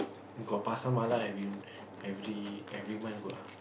got Pasar Malam every every every month good ah